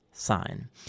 sign